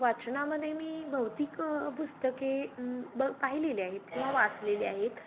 वाचनामध्ये मी भौतिक पुस्तके ब पाहिलेले आहेत किंवा वाचलेले आहेत